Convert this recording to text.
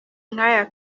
nk’aya